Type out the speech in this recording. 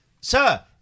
Sir